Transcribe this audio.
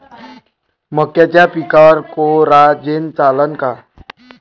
मक्याच्या पिकावर कोराजेन चालन का?